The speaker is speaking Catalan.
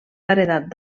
paredat